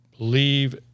Believe